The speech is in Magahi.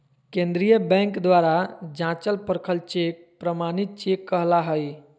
केंद्रीय बैंक द्वारा जाँचल परखल चेक प्रमाणित चेक कहला हइ